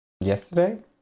yesterday